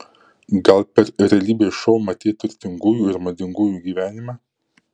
gal per realybės šou matei turtingųjų ir madingųjų gyvenimą